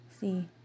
see